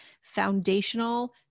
foundational